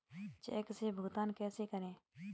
Check से भुगतान कैसे करें?